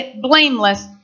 blameless